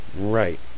Right